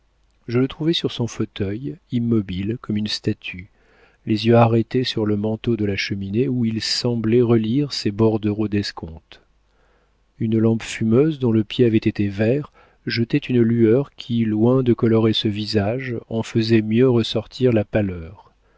je le trouvai sur son fauteuil immobile comme une statue les yeux arrêtés sur le manteau de la cheminée où il semblait relire ses bordereaux d'escompte une lampe fumeuse dont le pied avait été vert jetait une lueur qui loin de colorer ce visage en faisait mieux ressortir la pâleur